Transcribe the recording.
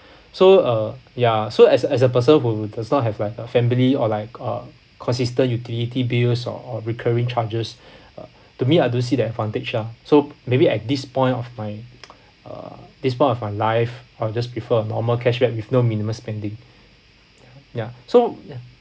so uh ya so as a as a person who does not have like a family or like uh consistent utility bills or recurring charges uh to me I don't see the advantage lah so maybe at this point of my uh this point of my life I'll just prefer a normal cashback with no minimum spending ya so ya